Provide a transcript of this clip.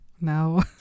no